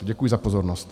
Děkuji za pozornost.